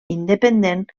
independent